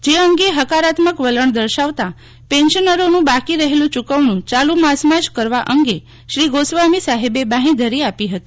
જે અંગે હકારાત્મક વલણ દર્શાવાતો પેન્શનરોનું બાકી રહેલું ચુકવણું ચાલુ માસમાં જ કરવા અંગે શ્રી ગોસ્વામી સાહેબે બાહેંધરી આપી હતી